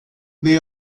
they